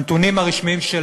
הנתונים הרשמיים של